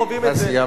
סיימת.